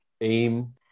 AIM